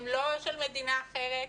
הם לא של מדינה אחרת,